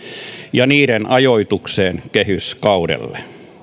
ja niiden ajoitukseen kehyskaudelle